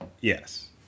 Yes